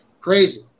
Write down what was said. Crazy